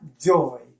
joy